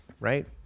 right